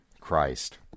Christ